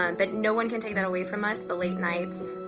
um but no one can take that away from us, the late nights,